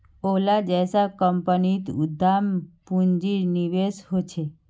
ओला जैसा कम्पनीत उद्दाम पून्जिर निवेश होछे